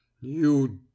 You